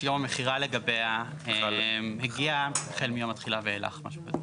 שיום המכירה לגביה הגיע החל מיום התחילה ואילך.